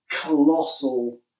colossal